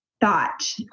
thought